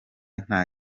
nta